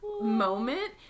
moment